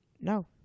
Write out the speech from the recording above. No